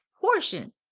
portion